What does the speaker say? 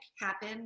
happen